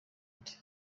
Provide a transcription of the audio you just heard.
nde